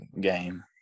game